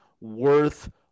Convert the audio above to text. worth